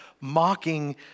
mocking